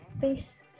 face